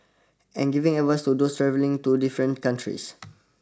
and giving advice to those travelling to different countries